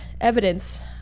evidence